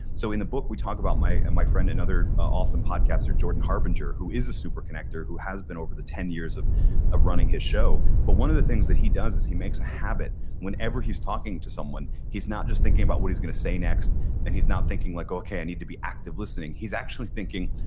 so in the book we talk about my my friend another awesome podcaster, jordan harbinger who is a super connector who has been over the ten years of of running his show. but one of the things that he does is he makes a habit whenever he's talking to someone he's not just thinking about what he's going to say next and he's not thinking like okay, i need to be active listening. he's actually thinking,